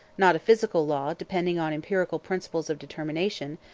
not a physical law depending on empirical principles of determination,